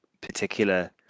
particular